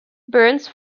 burns